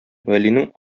вәлинең